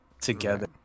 together